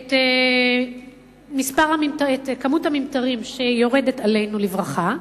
את כמות הממטרים שיורדת עלינו לברכה,